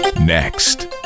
Next